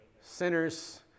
sinners